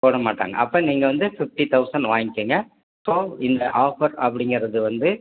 போடமாட்டாங்க அப்போ நீங்கள் வந்து ஃபிஃப்டி தொளசண்ட் வாங்கிக்கங்க ஸோ இந்த ஆஃபர் அப்படிங்குறது வந்து